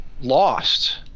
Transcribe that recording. Lost